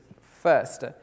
first